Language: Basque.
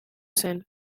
zen